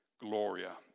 Gloria